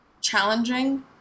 challenging